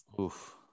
oof